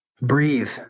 Breathe